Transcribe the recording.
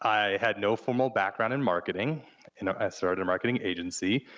i had no formal background in marketing, you know i started a marketing agency.